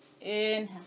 inhale